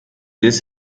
this